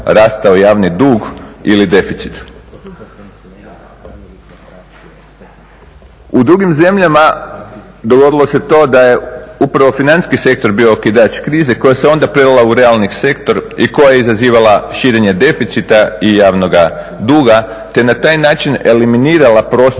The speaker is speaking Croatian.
U drugim zemalja dogodilo se to da je upravo financijski sektor bio okidač krize koja se onda prelila u realni sektor i koja je izazivala širenje deficita i javnoga duga te na taj način eliminirala prostor